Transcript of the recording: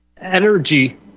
energy